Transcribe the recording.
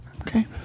Okay